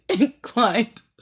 inclined